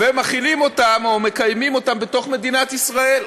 ומחילים אותם או מקיימים אותם בתוך מדינת ישראל.